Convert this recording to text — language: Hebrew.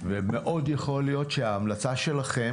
ומאוד יכול להיות שההמלצה שלכם,